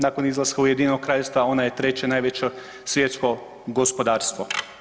Nakon izlaska Ujedinjenog Kraljevstva ona je treća najveća svjetsko gospodarstvo.